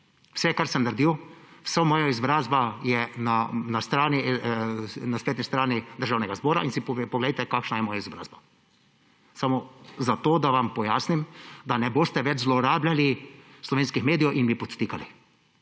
Vse, kar sem naredil, vsa moja izobrazba je na spletni strani Državnega zbora in si poglejte, kakšna je moja izobrazba. Samo zato, da vam pojasnim, da ne boste več zlorabljali slovenskih medijev in mi podtikali